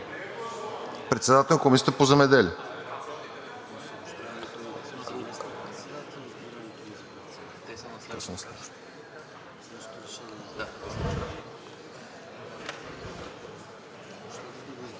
председател на Комисията по земеделие.